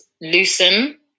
loosen